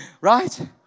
right